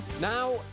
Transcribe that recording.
Now